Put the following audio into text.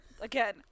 again